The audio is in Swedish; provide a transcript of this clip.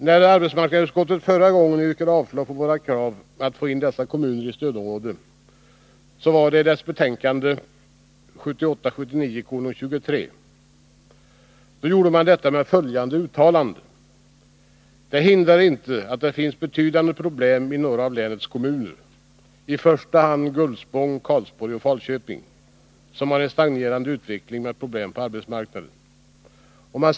När arbetsmarknadsutskottet förra gången avstyrkte våra krav att få in dessa kommuner i stödområde — det var i dess betänkande 1978/79:23 —, så gjorde man detta med följande uttalande: ”Det hindrar inte att det finns betydande problem i några av länets kommuner, i första hand Gullspång, Karlsborg och Falköping, som har en stagnerande utveckling med problem på arbetsmarknaden.